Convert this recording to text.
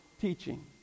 teaching